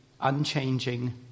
unchanging